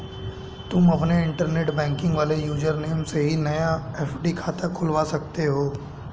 तुम अपने internet banking वाले यूज़र नेम से ही नया एफ.डी खाता खुलवा सकते हो